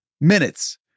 minutes